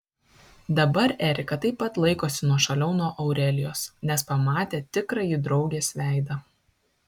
dabar erika taip pat laikosi nuošaliau nuo aurelijos nes pamatė tikrąjį draugės veidą